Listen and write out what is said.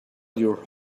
your